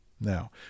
Now